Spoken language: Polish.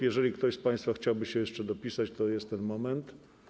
Jeżeli ktoś z państwa chciałby się jeszcze dopisać, to jest to ten moment.